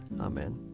Amen